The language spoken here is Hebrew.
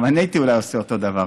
גם אני הייתי אולי עושה אותו דבר.